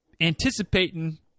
anticipating